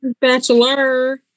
bachelor